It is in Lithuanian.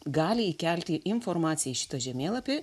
gali įkelti informaciją į šitą žemėlapį